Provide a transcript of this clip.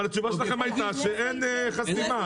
אבל התשובה שלכם הייתה שאין חסימה.